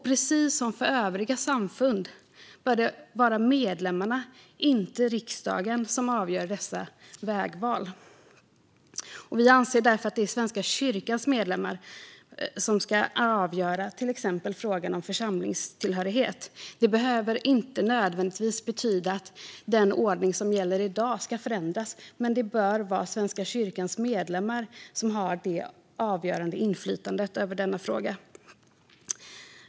Precis som för övriga samfund bör det vara medlemmarna och inte riksdagen som ska göra dessa vägval. Vi anser därför att det är Svenska kyrkans medlemmar som ska avgöra frågan om exempelvis församlingstillhörighet. Det behöver inte nödvändigtvis betyda att den ordning som gäller i dag ska förändras, men det bör vara Svenska kyrkans medlemmar som har det avgörande inflytandet över frågan.